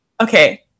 Okay